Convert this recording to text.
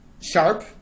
sharp